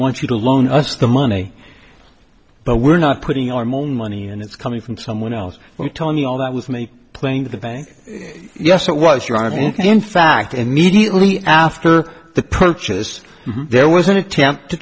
want you to loan us the money but we're not putting our moen money and it's coming from someone else who told me all that was me playing to the bank yes it was you are in fact immediately after the purchase there was an attempt to